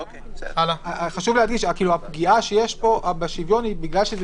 חשוב להדגיש שהפגיעה שיש בשוויון היא משום